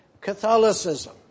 Catholicism